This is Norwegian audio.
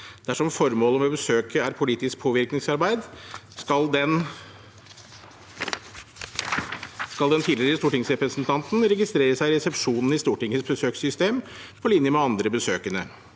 Dersom formålet med besøket er politisk påvirkningsarbeid, skal den tidligere stortingsrepresentanten registrere seg i resepsjonen i Stortingets besøkssystem på linje med andre besøkende.